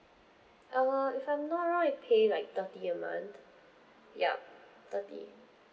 err if I'm not wrong I pay like thirty a month yup thirty